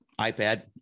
iPad